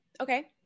okay